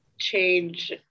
change